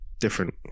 different